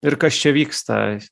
ir kas čia vyksta